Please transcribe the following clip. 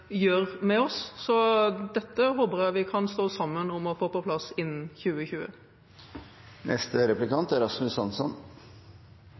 gjør med oss, så dette håper jeg vi kan stå sammen om å få på plass innen 2020.